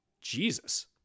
Jesus